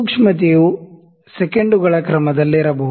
ಸೂಕ್ಷ್ಮತೆಯು ಸೆಕೆಂಡುಗಳ ಕ್ರಮದಲ್ಲಿರಬಹುದು